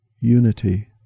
unity